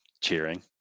cheering